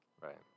Right